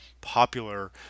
popular